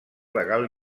legal